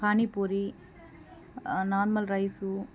panipuri normal rice